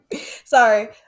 sorry